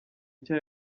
nshya